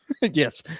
Yes